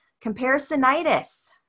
Comparisonitis